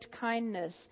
kindness